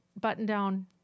button-down